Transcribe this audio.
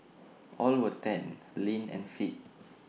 all were tanned lean and fit